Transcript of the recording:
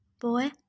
Boy